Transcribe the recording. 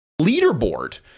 leaderboard